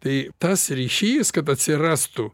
tai tas ryšys kad atsirastų